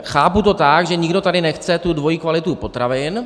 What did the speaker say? Chápu to tak, že nikdo tady nechce dvojí kvalitu potravin.